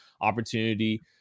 opportunity